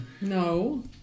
No